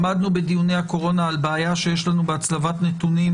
עמדנו בדיוני הקורונה על בעיה שיש לנו בהצלבת נתונים